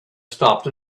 stopped